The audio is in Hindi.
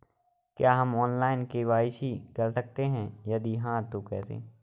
क्या हम ऑनलाइन के.वाई.सी कर सकते हैं यदि हाँ तो कैसे?